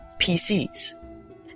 PCs